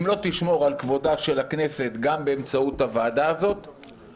אם לא תשמור על כבודה של הכנסת גם באמצעות הוועדה הזאת